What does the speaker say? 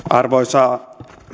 arvoisa